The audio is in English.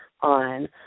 on